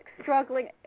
struggling